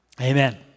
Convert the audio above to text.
Amen